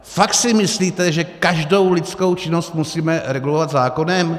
Fakt si myslíte, že každou lidskou činnost musíme regulovat zákonem?